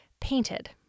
painted